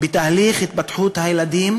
בתהליך התפתחות הילדים,